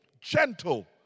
gentle